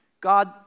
God